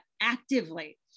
actively